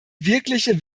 wirkliche